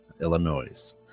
Illinois